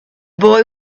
boy